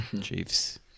Chiefs